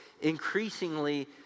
increasingly